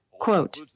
Quote